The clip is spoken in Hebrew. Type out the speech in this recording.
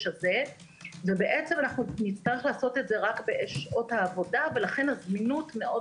הזה ונצטרך לעשות את זה רק בשעות העבודה ולכן הזמינות מאוד